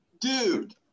dude